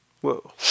Whoa